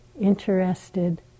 interested